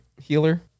Healer